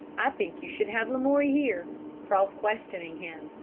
i think you should have lamoury here. cross-questioning him,